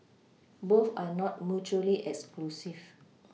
both are not mutually exclusive